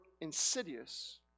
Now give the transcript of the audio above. insidious